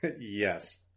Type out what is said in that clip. Yes